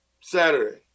Saturday